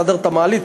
תסדר את המעלית,